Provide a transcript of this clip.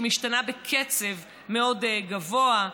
שמשתנה בקצב מאוד גבוה,